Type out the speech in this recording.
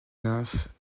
nymphes